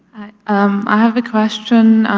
um i have a question,